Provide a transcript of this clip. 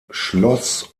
schloss